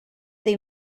they